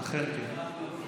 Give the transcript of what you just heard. אכן כן.